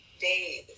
days